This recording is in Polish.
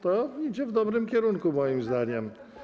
To idzie w dobrym kierunku moim zdaniem.